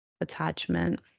attachment